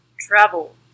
travel